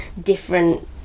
different